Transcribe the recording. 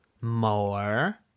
more